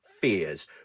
fears